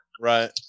right